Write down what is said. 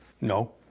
No